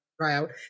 tryout